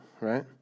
right